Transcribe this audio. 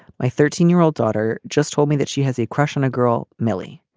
my thirteen year old daughter just told me that she has a crush on a girl millie.